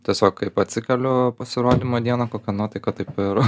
tiesiog kaip atsikeliu pasirodymo dieną kokia nuotaika taip ir